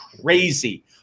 crazy